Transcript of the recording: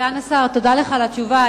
סגן השר, תודה לך על התשובה.